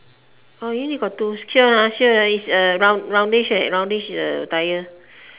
oh you only got two sure ah sure ah is uh round roundish roundish the tire